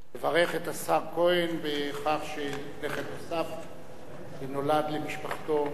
נברך את השר כהן על כך שנכד נוסף נולד למשפחתו.